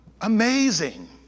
amazing